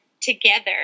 together